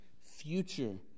future